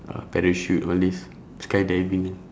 uh parachute all these skydiving ah